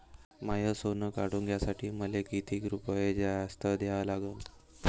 माय सोनं काढून घ्यासाठी मले कितीक रुपये जास्त द्या लागन?